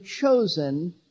chosen